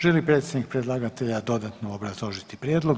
Želi li predstavnik predlagatelja dodatno obrazložiti prijedlog?